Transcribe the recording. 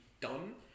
done